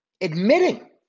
admitting